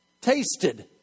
tasted